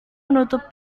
menutup